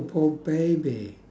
poor baby